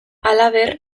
halaber